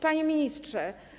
Panie Ministrze!